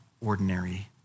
ordinary